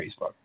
Facebook